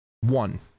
One